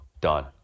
done